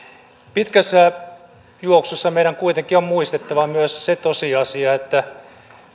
pitkässä juoksussa meidän kuitenkin on muistettava myös se tosiasia että